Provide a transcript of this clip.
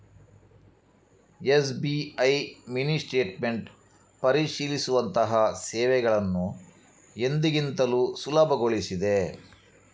SBI mini statement ಪರಿಶೀಲಿಸುವಂತಹ ಸೇವೆಗಳನ್ನು ಎಂದಿಗಿಂತಲೂ ಸುಲಭಗೊಳಿಸಿದೆ